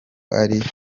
ari